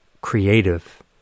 creative